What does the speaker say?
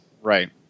Right